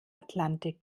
atlantik